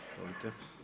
Izvolite.